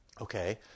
Okay